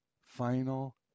final